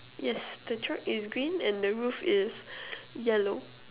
yes the truck is green and the roof is yellow